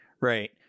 right